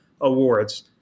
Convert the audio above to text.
awards